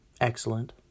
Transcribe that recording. Excellent